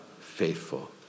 faithful